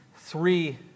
three